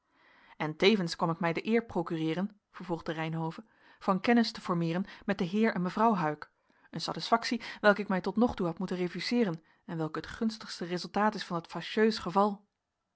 en tevens kwam ik mij de eer procureeren vervolgde reynhove van kennis te formeeren met den heer en mevrouw huyck een satisfactie welke ik mij tot nog toe had moeten refuseeren en welke het gunstigste resultaat is van dat facheus geval